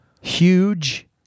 Huge